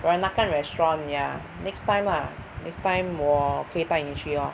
Peranakan restaurant ya next time ah next time 我可以带你去哦